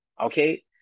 okay